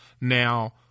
Now